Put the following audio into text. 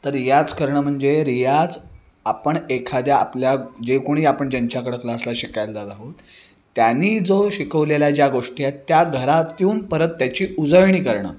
तर रियाज करणं म्हणजे रियाज आपण एखाद्या आपल्या जे कोणी आपण ज्यांच्याकडं क्लासला शिकायला जात आहोत त्यांनी जो शिकवलेल्या ज्या गोष्टी आहेत त्या घरात येऊन परत त्याची उजळणी करणं